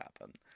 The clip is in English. happen